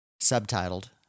subtitled